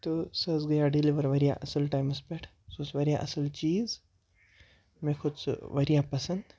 تہٕ سُہ حظ گٔیٛو ڈِلوَر واریاہ اَصٕل ٹایمَس پٮ۪ٹھ سُہ اوس واریاہ اَصٕل چیٖز مےٚ کھوٚت سُہ وارایاہ پَسنٛد